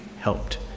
helped